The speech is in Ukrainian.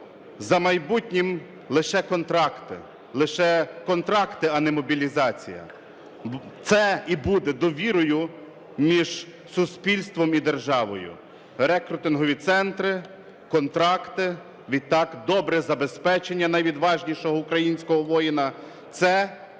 контракти, лише контракти, а не мобілізація. Це і буде довірою між суспільством і державою: рекрутингові центри, контракти, відтак добре забезпечення найвідважнішого українського воїна – це те, що